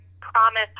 promise